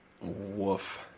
Woof